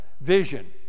vision